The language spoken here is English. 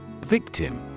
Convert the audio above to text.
Victim